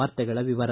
ವಾರ್ತೆಗಳ ವಿವರ